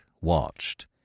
watched